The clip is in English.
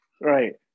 Right